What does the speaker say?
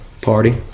party